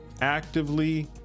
actively